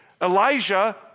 Elijah